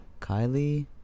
Kylie